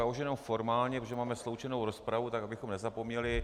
Já už jen formálně, protože máme sloučenou rozpravu, tak abychom nezapomněli.